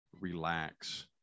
relax